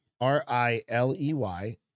R-I-L-E-Y